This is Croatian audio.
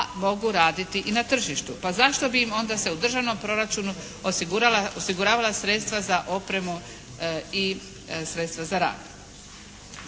mogu raditi i na tržištu, pa zašto bi im onda se u državnom proračunu osiguravala sredstva za opremu i sredstva za rad